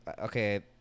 okay